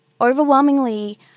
overwhelmingly